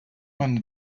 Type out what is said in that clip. man